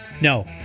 No